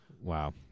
wow